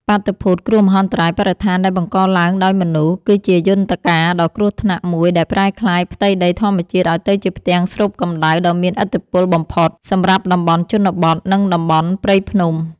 បាតុភូត គ្រោះមហន្តរាយបរិស្ថានដែលបង្កឡើងដោយមនុស្ស គឺជាយន្តការដ៏គ្រោះថ្នាក់មួយដែលប្រែក្លាយផ្ទៃដីធម្មជាតិឱ្យទៅជាផ្ទាំងស្រូបកម្ដៅដ៏មានឥទ្ធិពលបំផុតសម្រាប់តំបន់ជនបទ និងតំបន់ព្រៃភ្នំ។